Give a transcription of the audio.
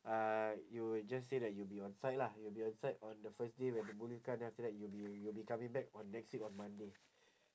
uh you just say that you'll be on-site lah you'll be on-site on the first day when the boom lift come then after that you'll be you'll be coming back on next week on monday